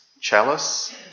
chalice